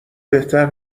بهتر